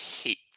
hate